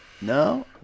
No